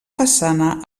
façana